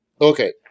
Okay